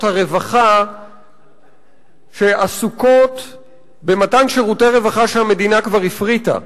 הרווחה שעסוקות במתן שירותי רווחה שהמדינה כבר הפריטה,